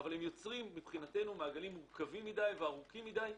אבל הם יוצרים מעגלים מורכבים וארוכים מידי.